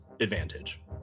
advantage